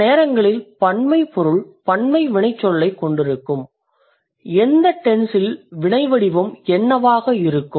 சில நேரங்களில் பன்மை பொருள் பன்மை வினைச்சொல்லைக் கொண்டிருக்கும் எந்த டென்ஸ் இல் வினை வடிவம் என்னவாக இருக்கும்